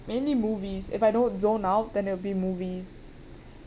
mainly movies if I don't zone out then it'll be movies